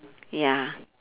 ya